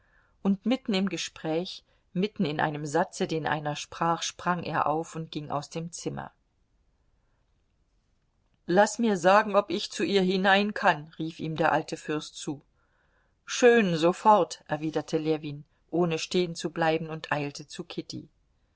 und mitten im gespräch mitten in einem satze den einer sprach sprang er auf und ging aus dem zimmer laß mir sagen ob ich zu ihr hinein kann rief ihm der alte fürst zu schön sofort erwiderte ljewin ohne stehenzubleiben und eilte zu kitty